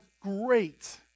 great